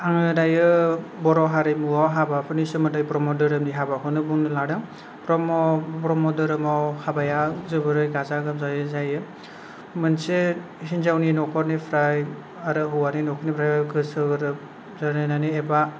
आङो दायो बर' हारिमुआव हाबाफोरनि सोमबोन्दोयै ब्रम्ह धोरोमनि हाबाखौनो बुंनो लादों ब्रम्ह ब्रम्ह धोरोमाव हाबाया जोबोरै गाजा गोमजायै जायो मोनसे हेन्जाउनि नखरनिफ्राय आरो हौवानि नखरनिफ्राय गोसो ग्रोब जालायनानै एबा